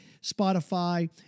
Spotify